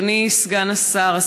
אדוני סגן השר,